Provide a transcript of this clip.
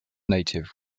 native